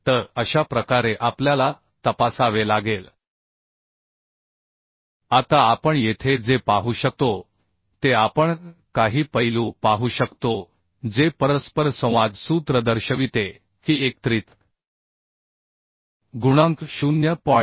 तर अशा प्रकारे आपल्याला तपासावे लागेल आता आपण येथे जे पाहू शकतो ते आपण काही पैलू पाहू शकतो जे परस्परसंवाद सूत्र दर्शविते की एकत्रित गुणांक 0